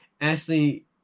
Ashley